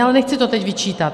Ale nechci to teď vyčítat.